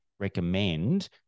recommend